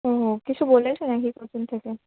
ও কিছু বলেছে না কি কোচিং থেকে